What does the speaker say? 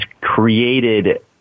created